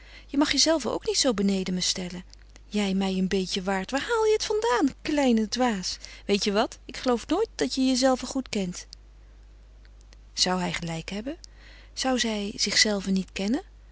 je mag jezelve ook niet zoo beneden me stellen jij mij een beetje waard waar haal je het vandaan kleine dwaas weet je wat ik geloof nooit dat je jezelve goed kent zou hij gelijk hebben zou zij zichzelve niet kennen